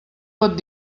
pot